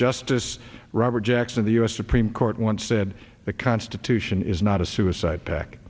justice robert jackson the u s supreme court once said the constitution is not a suicide pac